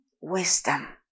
wisdom